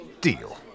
Deal